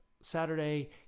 Saturday